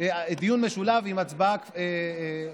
ושתי ההצבעות יהיו בהמשך.